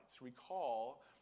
recall